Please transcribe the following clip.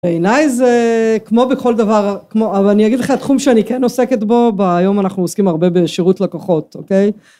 עיניי זה... כמו בכל דבר, כמו- אבל אני אגיד לך, התחום שאני כן עוסקת בו, ב... היום אנחנו עוסקים הרבה בשירות לקוחות, אוקיי?